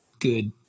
good